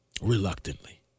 Reluctantly